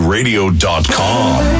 Radio.com